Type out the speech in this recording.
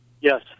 Yes